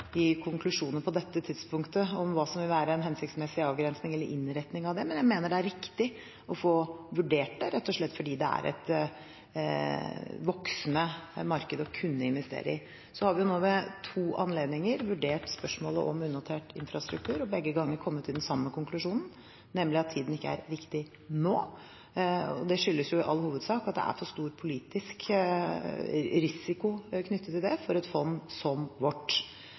på dette tidspunktet om hva som vil være en hensiktsmessig avgrensning eller innretning av det, men jeg mener det er riktig å få vurdert det, rett og slett fordi det er et voksende marked å kunne investere i. Så har vi ved to anledninger vurdert spørsmålet om unotert infrastruktur og begge gangene kommet til den samme konklusjonen, nemlig at tiden ikke er riktig nå. Det skyldes i all hovedsak at det er for stor politisk risiko knyttet til det for et fond som vårt.